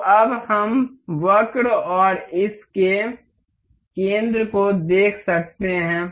तो अब हम वक्र और इस के केंद्र को देख सकते हैं